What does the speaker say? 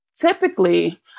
typically